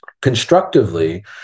constructively